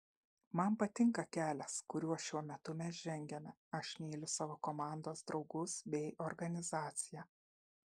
man patinka kelias kuriuo šiuo metu mes žengiame aš myliu savo komandos draugus bei organizaciją